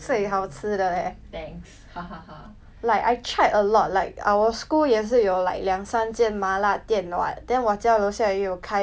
like I tried a lot like our school 也是有 like 两三件麻辣电 what then 我家楼下也有开 but 我吃来吃去还是你家楼下就好吃 sia